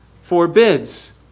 forbids